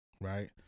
right